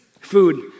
food